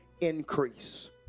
increase